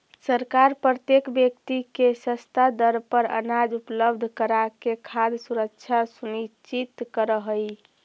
सरकार प्रत्येक व्यक्ति के सस्ता दर पर अनाज उपलब्ध कराके खाद्य सुरक्षा सुनिश्चित करऽ हइ